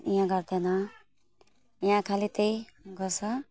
यहाँ गर्दैन यहाँ खालि त्यही गर्छ